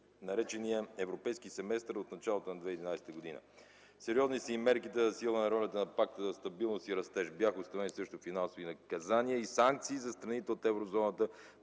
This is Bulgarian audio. наречения Европейски семестър от началото на 2011 г. Сериозни са и мерките за засилване ролята на Пакта за стабилност и растеж. Бяха установени също финансови наказания и санкции за страните от Еврозоната